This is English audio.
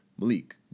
Malik